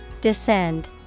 Descend